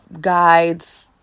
guides